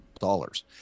dollars